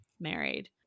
married